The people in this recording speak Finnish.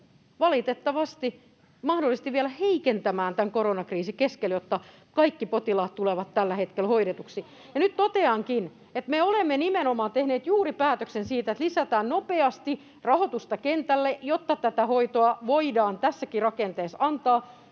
hoitotakuuta mahdollisesti vielä heikentämään tämän koronakriisin keskellä, jotta kaikki potilaat tulevat tällä hetkellä hoidetuksi. [Perussuomalaisten ryhmästä: Kuka heidät hoitaa?] Ja nyt toteankin, että me olemme nimenomaan tehneet juuri päätöksen siitä, että lisätään nopeasti rahoitusta kentälle, jotta tätä hoitoa voidaan tässäkin rakenteessa antaa.